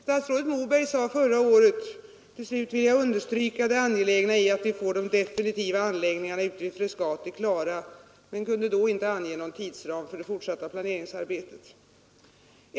Statsrådet Moberg sade då: ”Till slut vill jag understryka det angelägna i att vi får de definitiva anläggningarna ute vid Frescati klara”, men han kunde inte ange någon tidsram för det fortsatta planeringsarbetet.